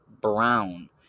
Brown